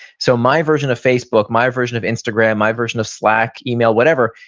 so my version of facebook, my version of instagram, my version of slack, email, whatever,